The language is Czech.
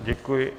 Děkuji.